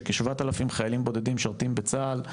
שכ-7000 חיילים בודדים משרתים בצה"ל,